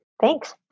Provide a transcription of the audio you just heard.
thanks